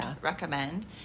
recommend